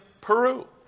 Peru